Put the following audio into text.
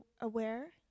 aware